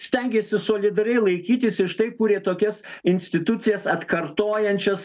stengėsi solidariai laikytis ir štai kūrė tokias institucijas atkartojančias